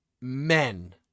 men